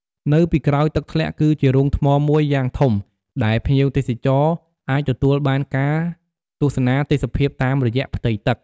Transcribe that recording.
នៅពីក្រោយទឹកធ្លាក់គឺជារូងថ្មមួយយ៉ាងធំដែលភ្ញៀវទេសចរអាចទទួលបានការទស្សនាទេសភាពតាមរយៈផ្ទៃទឹក។